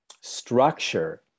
structure